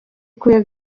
ikwiye